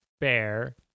Bear